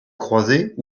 croiser